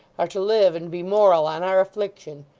are to live and be moral on our affliction.